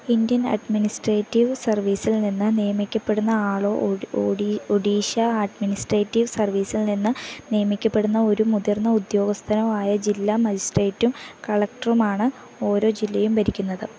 Indian administrative സർവ്വീസിൽ നിന്ന് നിയമിക്കപ്പെടുന്ന ആളോ ഒഡീഷ അഡ്മിനിസ്ട്രേറ്റീവ് സർവ്വീസിൽ നിന്ന് നിയമിക്കപ്പെടുന്ന ഒരു മുതിർന്ന ഉദ്യോഗസ്ഥനോ ആയ ജില്ലാ മജിസ്ട്രേറ്റും കളക്ടറുമാണ് ഓരോ ജില്ലയും ഭരിക്കുന്നത്